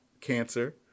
cancer